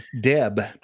Deb